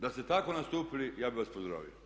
Da ste tako nastupili ja bih vas pozdravio.